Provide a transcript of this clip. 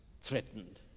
threatened